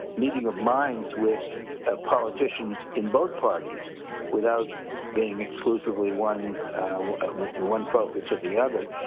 meeting of minds with politicians in both parties without being exclusively one one focus or the other,